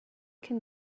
can